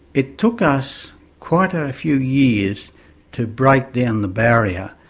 it took us quite a few years to break down the barrier.